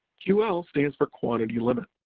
ql stands for quantity limit.